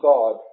God